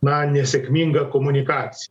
na nesėkminga komunikacija